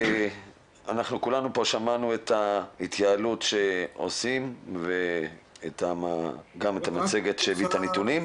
כולנו שמענו את ההתייעלות שעושים וגם את המצגת שהראתה את הנתונים.